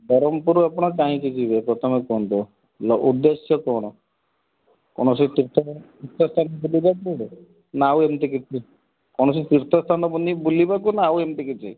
ବ୍ରହ୍ମପୁର ଆପଣ କାହିଁକି ଯିବେ ପ୍ରଥମେ କୁହନ୍ତୁ ଉଦ୍ଦେଶ୍ୟ କ'ଣ କୌଣସି ତୀର୍ଥ ସ୍ଥାନ ତୀର୍ଥସ୍ଥାନକୁ ଯିବେ କୁଆଡ଼େ ନା ଆଉ ଏମିତି କିଛି କୌଣସି ତୀର୍ଥସ୍ଥାନ ବୁଲିବାକୁ ନା ଆଉ ଏମିତି କିଛି